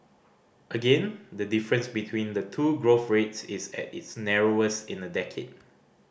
again the difference between the two growth rates is at its narrowest in a decade